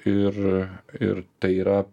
ir ir tai yra